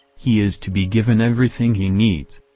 he is to be given everything he needs.